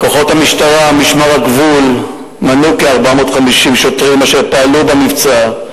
כוחות המשטרה ומשמר הגבול מנו כ-450 שוטרים אשר פעלו במבצע.